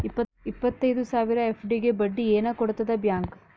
ಇಪ್ಪತ್ತೈದು ಸಾವಿರ ಎಫ್.ಡಿ ಗೆ ಬಡ್ಡಿ ಏನ ಕೊಡತದ ಬ್ಯಾಂಕ್?